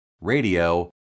radio